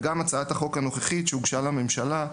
וגם הצעת החוק הנוכחית שהוגשה לממשלה,